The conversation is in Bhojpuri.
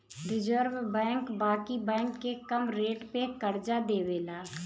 रिज़र्व बैंक बाकी बैंक के कम रेट पे करजा देवेला